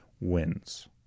wins